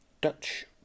Dutch